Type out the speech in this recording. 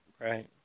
Right